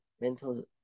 mental